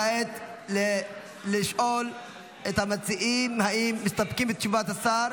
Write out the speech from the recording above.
כעת לשאול את המציעים אם הם מסתפקים בתשובת השר.